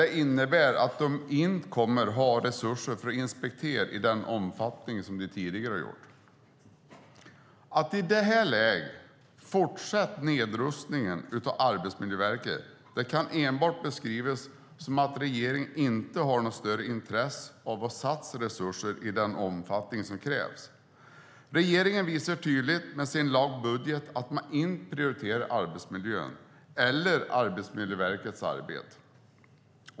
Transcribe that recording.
Det innebär att de inte kommer att ha resurser för att inspektera i den omfattning som de tidigare har gjort. Att i detta läge fortsätta nedrustningen av Arbetsmiljöverket kan enbart beskrivas som att regeringen inte har något större intresse av att satsa resurser i den omfattning som krävs. Regeringen visar tydligt med sin framlagda budget att man inte prioriterar arbetsmiljön eller Arbetsmiljöverkets arbete.